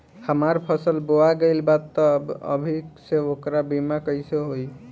हमार फसल बोवा गएल बा तब अभी से ओकर बीमा कइसे होई?